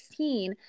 16